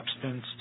substance